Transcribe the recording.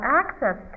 access